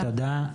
תודה.